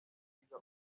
gusiga